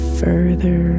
further